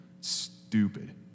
Stupid